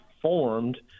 formed